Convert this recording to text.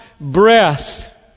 Breath